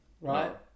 Right